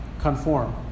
conform